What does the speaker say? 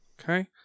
Okay